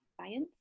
science